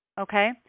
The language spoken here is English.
Okay